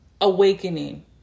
awakening